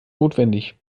notwendig